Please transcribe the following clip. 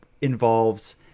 involves